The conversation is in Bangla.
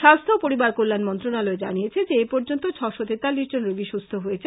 স্বাস্থ্য ও পরিবার কল্যাণ মন্ত্রনালয় জানিয়েছে যে এপর্যন্ত ছশো তেতাল্লিশ জন রোগী সুস্থ হয়েছেন